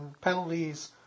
penalties –